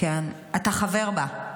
אתה חבר בה.